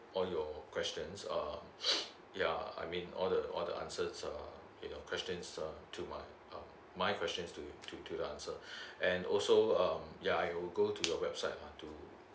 all your question um yeah I mean all the all the answers err you know questions uh to my uh my questions to you to to the answer and also um yeah I'll go to your website lah to